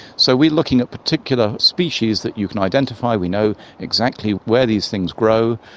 so we're looking at particular species that you can identify. we know exactly where these things grow.